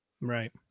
Right